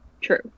True